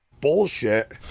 bullshit